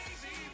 Crazy